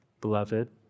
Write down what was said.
Beloved